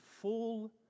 full